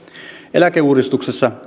eläkeuudistuksessa